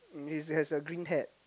he he has a green hat